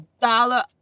dollar